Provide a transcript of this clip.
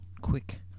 quick